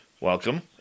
Welcome